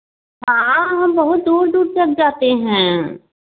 हाँ हम बहुत दूर दूर तक जाते हैं